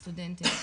סטודנטים,